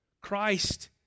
Christ